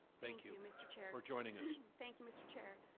thank you, mr. chair. for joining us. thank you, mr. chair.